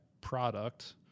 product